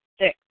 Six